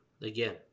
Again